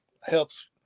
helps